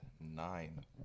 nine